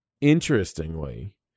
interestingly